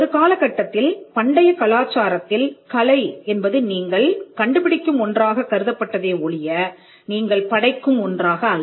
ஒரு காலகட்டத்தில் பண்டைய கலாச்சாரத்தில் கலை என்பது நீங்கள் கண்டுபிடிக்கும் ஒன்றாகக் கருதப்பட்டதே ஒழிய நீங்கள் படைக்கும் ஒன்றாக அல்ல